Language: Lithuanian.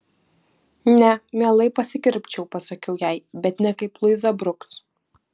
ne mielai pasikirpčiau pasakiau jai bet ne kaip luiza bruks